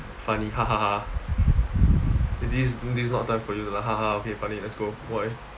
funny ha ha ha this this not time for you to ha ha ha okay funny let's go